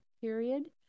period